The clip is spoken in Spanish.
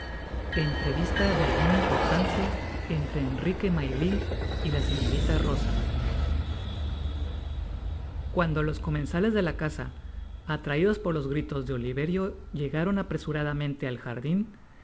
entrevista de alguna importancia entre i nrique may lie y la señorita rosa uando los comensales de la casa atraidos por los gritos de oliverio llegaron apresuradamente al jardin